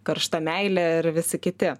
karšta meilė ir visi kiti